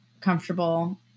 comfortable